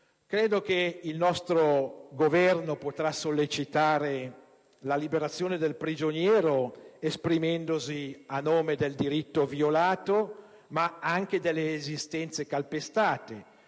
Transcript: Credo che il nostro Governo potrà sollecitare la liberazione del prigioniero esprimendosi a nome del diritto violato, ma anche delle resistenze calpestate